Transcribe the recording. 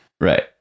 Right